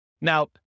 Now